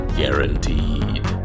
guaranteed